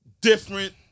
different